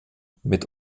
mit